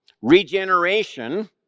Regeneration